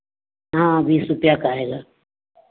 हाँ बीस रुपये का आएगा